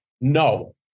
No